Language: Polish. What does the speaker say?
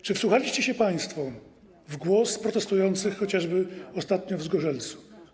Czy wsłuchaliście się państwo w głos protestujących chociażby ostatnio w Zgorzelcu?